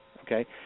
Okay